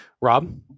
Rob